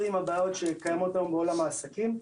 עם הבעיות שקיימות היום בעולם העסקים.